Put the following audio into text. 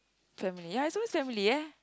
family it's always family ya